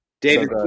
David